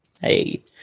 Hey